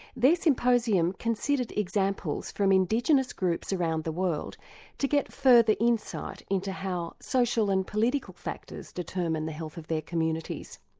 symposium considered examples from indigenous groups around the world to get further insight into how social and political factors determine the health of their communities.